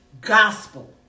Gospel